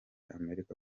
amerika